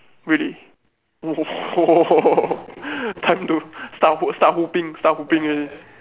really !whoa! time to start hoop start hooping start hooping already